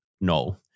no